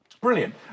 Brilliant